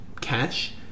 cash